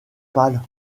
pâle